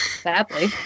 Sadly